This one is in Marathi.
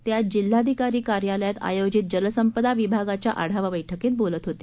ते आज जिल्हाधिकारी कार्यालयात आयोजित जलसंपदा विभागाच्या आढावा बैठकीत बोलत होते